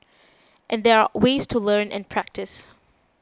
and there are ways to learn and practice